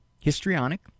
histrionic